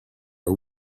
are